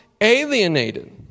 alienated